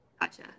Gotcha